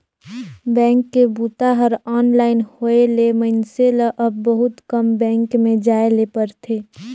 bank के बूता हर ऑनलाइन होए ले मइनसे ल अब बहुत कम बेंक में जाए ले परथे